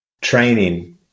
training